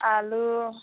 आलु